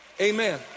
Amen